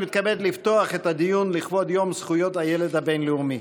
אני מתכבד לפתוח את הדיון לרגל יום זכויות הילד הבין-לאומי,